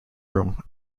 room